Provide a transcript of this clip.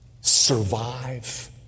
survive